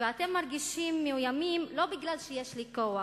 ואתם מרגישים מאוימים לא בגלל שיש לי כוח